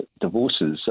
divorces